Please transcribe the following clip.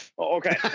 Okay